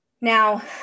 Now